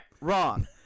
Wrong